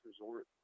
resort